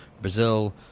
Brazil